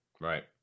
Right